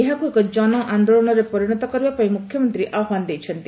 ଏହାକୁ ଏକ ଜନ ଆନ୍ଦୋଳନରେ ପରିଶତ କରିବାପାଇଁ ମୁଖ୍ୟମନ୍ତୀ ଆହ୍ବାନ ଦେଇଛନ୍ତି